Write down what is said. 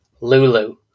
Lulu